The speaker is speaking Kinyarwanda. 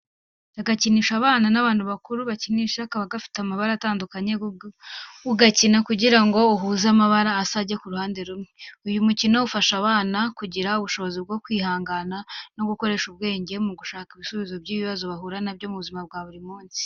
Agakinisho abana n'abantu bakuru bakinisha, kaba gafite amabara atandukanye ugakina ugira ngo uhuze amabara asa ajye ku ruhande rumwe. Uyu mukino ufasha abana kugira ubushobozi bwo kwihangana, no gukoresha ubwenge mu gushaka ibisubizo by'ibibazo bahura na byo mu buzima bwa buri munsi.